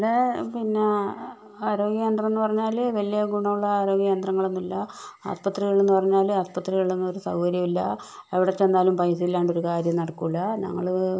ഇവിടെ പിന്നെ ആരോഗ്യ കേന്ദ്രം എന്ന് പറഞ്ഞാല് വലിയ ഗുണമുള്ള ആരോഗ്യ കേന്ദ്രങ്ങൾ ഒന്നുമില്ല ആശുപത്രികളെന്ന് പറഞ്ഞാല് ആശുപത്രികളിലൊന്നും ഒരു സൗകര്യവുമില്ല എവിടെ ചെന്നാലും പൈസ ഇല്ലാതെ ഒരു കാര്യം നടക്കുകയില്ല ഞങ്ങള്